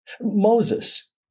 Moses